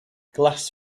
glass